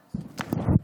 בבקשה.